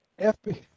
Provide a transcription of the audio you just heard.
FBI